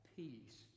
peace